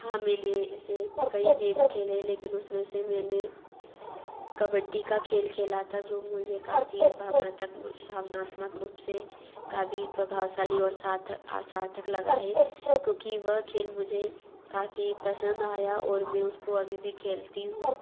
हाँ मैंने ऐसे कई गेम खेले है लेकिन उस में से मैंने कबड्डी का खेल खेला था जो मुझे काफ़ी भावनातक भावनात्मक रूप से काफ़ी प्रभावशाली और सार्थक सार्थक लगा है क्योंकि वह खेल मुझे काफ़ी पसन्द आया और मैं उसको अभी भी खेलती हूँ